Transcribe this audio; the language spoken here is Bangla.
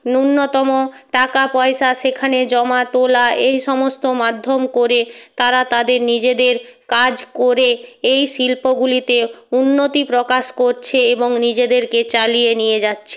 ন্যূনতম টাকা পয়সা সেখানে জমা তোলা এই সমস্ত মাধ্যম করে তারা তাদের নিজেদের কাজ করে এই শিল্পগুলিতে উন্নতি প্রকাশ করছে এবং নিজেদেরকে চালিয়ে নিয়ে যাচ্ছে